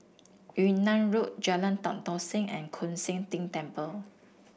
Yunnan Road Jalan Tan Tock Seng and Koon Seng Ting Temple